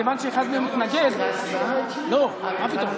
כיוון שאחד מהם מתנגד, לא, מה פתאום?